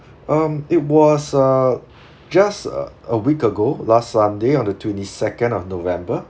um it was err just uh a week ago last sunday on the twenty second of november